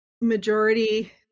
majority